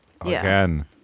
Again